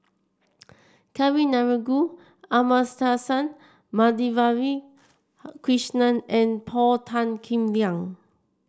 Kavignareru Amallathasan Madhavi Krishnan and Paul Tan Kim Liang